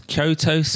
Kyoto